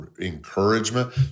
encouragement